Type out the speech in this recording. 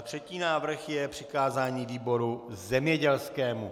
Třetí návrh je přikázání výboru zemědělskému.